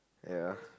ya